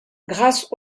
grâce